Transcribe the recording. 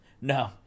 No